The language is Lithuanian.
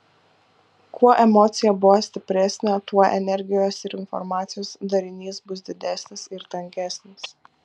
kuo emocija buvo stipresnė tuo energijos ir informacijos darinys bus didesnis ir tankesnis